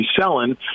selling